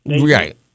Right